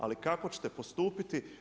Ali kako ćete postupiti?